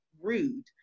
rude